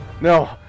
No